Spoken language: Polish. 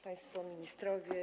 Państwo Ministrowie!